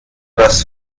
das